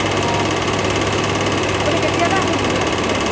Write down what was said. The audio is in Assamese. অঁ হ'ব আপুনি কেতিয়ালৈ আহিম বুলি ভাবিছে